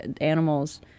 animals